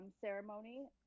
ceremony